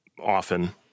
Often